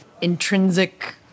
intrinsic